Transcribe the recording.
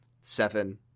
Seven